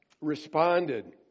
responded